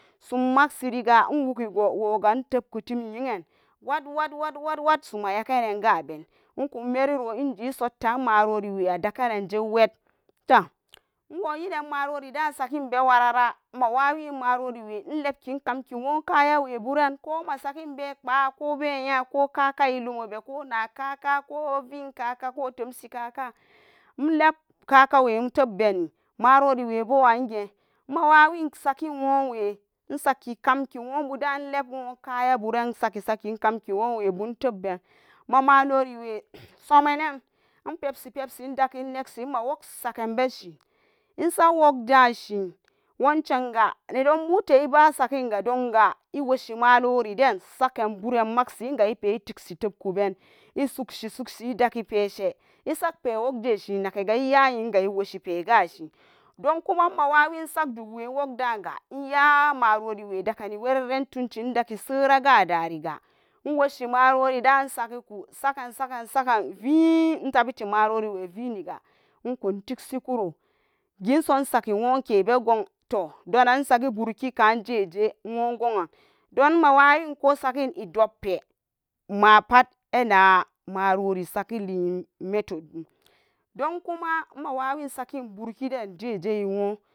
Summagsiriga inwugigo intobku tim yi'an wad wad wad wad suma yaganan kaben inkan meriro inji isotta, maroriwe adakanan jewed tah iwo yenan marorida sakinbe warara mawawin maroriwe ilebkin kamki gwo kayawe baran koma sakin be kpa'a kobe nya kobe kaka ilumube ko na kaka ko vi kaka ko tomsi kaka, inleb kakawwe inteb beni marori webo intubbeni marori webo ange mawawen sakin gwowe isaki kamki kwobudan inleb gwo kaya budan isaki saki ikamki gwowebu inbubben, mamaloriwo somennan ipepsi pepsi indagi inigsi ma wogsakan beshi insak wig da shini wuncenga nedonbuta ibasaginga donga iwoshi malori dan sakem buren magsinga ipe, higsi ben isuksi suksi idagi pesé isagpe wogdanshi nakiga iya yenga iwoshi poegashi don kuma ma wawin insak dugwe wog daga inya maroriwe dagani werere in tuncin, daga sera dariga iwoshi marorida insagaku sagan, sagan, sagan vie tabti viniga ikun tisukuro ginso insaga be gong donan insaki burki kanan jej gwo gowan, don mawawin sagin doppe ma pat ena marori saginli method ba don kuma imawawin sagin burki dan jeje.